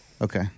Okay